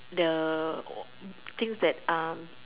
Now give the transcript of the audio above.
the things that um